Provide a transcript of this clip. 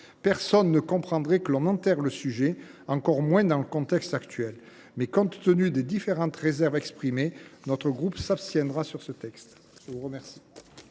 Personne ne comprendrait que l’on enterre le sujet, encore moins dans le contexte actuel. Mais, compte tenu des différentes réserves exprimées, notre groupe s’abstiendra sur ce texte.